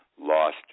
lost